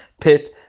pit